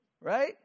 Right